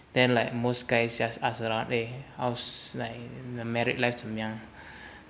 then like most guys just ask around eh how's like eh the marriage life 怎么样